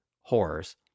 horrors